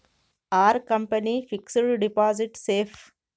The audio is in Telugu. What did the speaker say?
Are company fixed deposit safe?